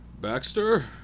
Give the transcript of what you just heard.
Baxter